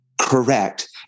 Correct